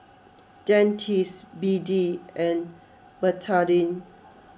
Dentiste B D and Betadine